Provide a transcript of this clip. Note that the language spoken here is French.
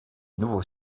nouveaux